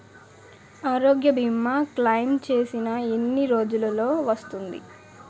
ఆరోగ్య భీమా క్లైమ్ చేసిన ఎన్ని రోజ్జులో వస్తుంది?